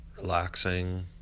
relaxing